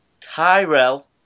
Tyrell